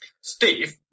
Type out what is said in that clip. Steve